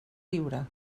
riure